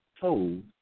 told